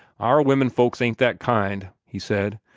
our women-folks ain't that kind, he said.